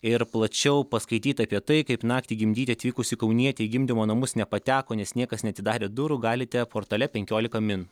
ir plačiau paskaityti apie tai kaip naktį gimdyti atvykusi kaunietė į gimdymo namus nepateko nes niekas neatidarė durų galite portale penkiolika min